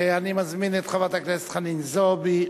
אני מזמין את חברת הכנסת חנין זועבי,